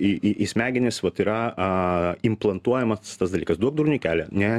į į į smegenis vat yra a implantuojamas tas dalykas duok durniui kelią ne